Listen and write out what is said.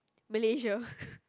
Malaysia